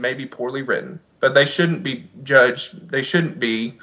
may be poorly written but they shouldn't be judged they shouldn't be